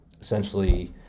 essentially